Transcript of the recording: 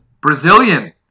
Brazilian